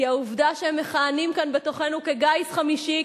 כי העובדה שהם מכהנים כאן בתוכנו כגיס חמישי,